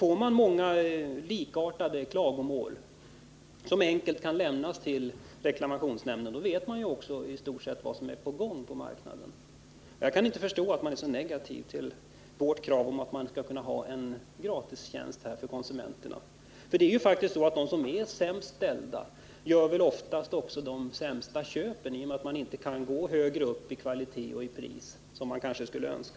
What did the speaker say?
Om många likartade klagomål enkelt kan lämnas till reklamationsnämnden, vet man i stort sett vad som är på gång på marknaden. Jag kan inte förstå att utskottet är så negativt till vårt krav på en gratistjänst i det här avseendet för konsumenterna. Det är ju faktiskt så att de sämst ställda oftast gör de sämsta inköpen, i och med att de inte kan gå så högt upp i kvalitet och pris som de kanske skulle önska.